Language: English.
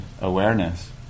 awareness